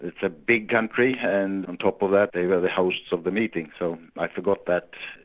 it's a big country and on top of that they were the hosts of the meeting. so i forgot that.